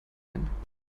ein